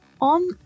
on